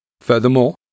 Furthermore